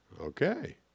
okay